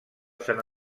sant